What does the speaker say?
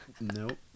Nope